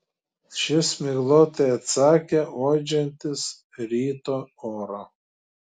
šis miglotai atsakė uodžiantis ryto orą